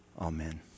Amen